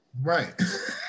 right